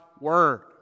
Word